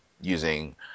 using